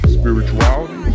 spirituality